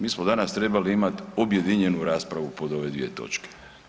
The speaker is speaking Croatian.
Mi smo danas trebali imati objedinjenu raspravu po ove dvije točke.